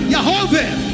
Yahweh